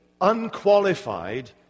unqualified